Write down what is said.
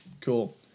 cool